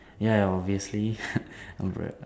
ya obviously umbrella